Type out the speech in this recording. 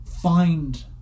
find